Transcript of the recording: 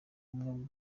bumwe